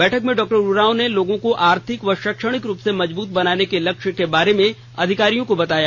बैठक मे डॉ उरांव ने लोगों को आर्थिक व शैक्षणिक रूप से मजबूत बनाने के लक्ष्य के बारे में अधिकारियों को बताया